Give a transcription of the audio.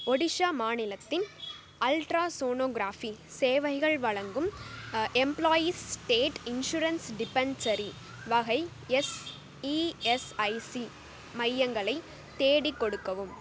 ஒடிசா மாநிலத்தில் ultra sonography சேவைகள் வழங்கும் எம்ப்ளாயீஸ் ஸ்டேட் இன்சூரன்ஸ் டிஸ்பென்சரி வகை எஸ்இஎஸ்ஐசி மையங்களை தேடிக் கொடுக்கவும்